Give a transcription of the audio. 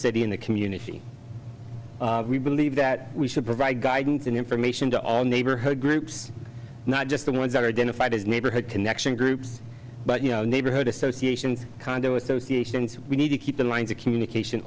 city in the community we believe that we should provide guidance and information to our neighborhood groups not just the ones that are identified as neighborhood connection groups but you know neighborhood associations condo associations we need to keep the lines of communication